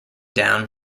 down